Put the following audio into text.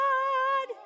God